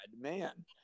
man